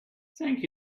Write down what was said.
thank